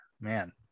man